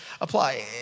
apply